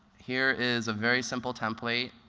here is a very simple template,